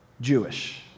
Jewish